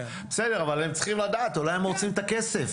אבל הם צריכים לדעת, אולי הם רוצים את הכסף.